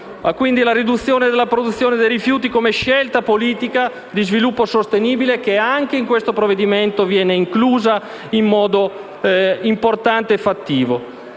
Quindi la riduzione della produzione dei rifiuti come scelta politica di sviluppo sostenibile, che anche in questo provvedimento viene inclusa in modo importante e fattivo.